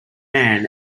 man